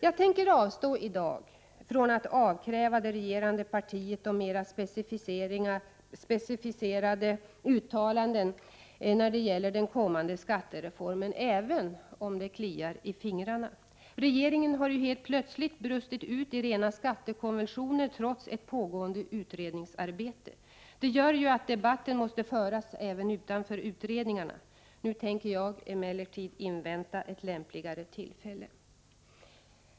Jag tänker i dag avstå från att avkräva det regerande partiet mera specificerade uttalanden när det gäller den kommande skattereformen, även om det kliar i fingrarna. Regeringen har ju helt plötsligt brustit ut i rena skattekonvulsioner trots ett pågående utredningsarbete. Det gör ju att debatten måste föras även utanför utredningarna. Nu tänker jag emellertid invänta ett lämpligare tillfälle.